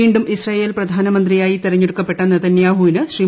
വീണ്ടും ഇസ്രയേൽ പ്രധാനമന്ത്രിയായി തിരഞ്ഞെടുക്കപ്പെട്ട നെതന്യാഹുവിന് ശ്രീ